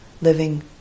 living